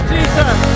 Jesus